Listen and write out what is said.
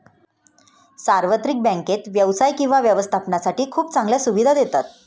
सार्वत्रिक बँकेत व्यवसाय किंवा व्यवस्थापनासाठी खूप चांगल्या सुविधा देतात